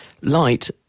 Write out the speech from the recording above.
light